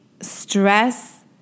stress